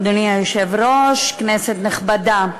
אדוני היושב-ראש, כנסת נכבדה,